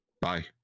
bye